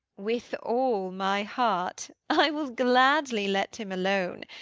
with all my heart. i will gladly let him alone.